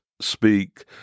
speak